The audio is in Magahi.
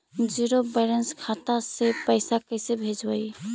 जीरो बैलेंस खाता से पैसा कैसे भेजबइ?